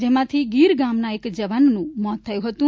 જેમાંથી ગીર ગામના એક જવાનું મોત થયું હતું